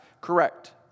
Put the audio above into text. correct